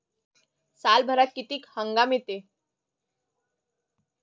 सालभरात किती हंगाम येते?